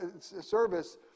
service